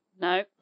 No